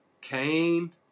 Cain